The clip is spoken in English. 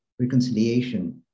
Reconciliation